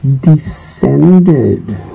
descended